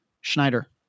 Schneider